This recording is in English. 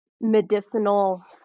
medicinal